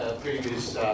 previous